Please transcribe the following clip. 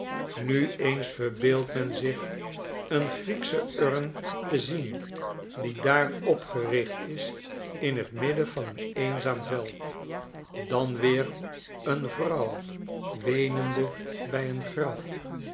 nu eens verbeeldt men zich een grieksche urn te zien die daar opgericht is in t midden van een eenzaam veld dan weer een vrouw weenende bij een graf